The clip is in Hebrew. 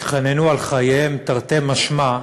התחננו על חייהם, תרתי משמע,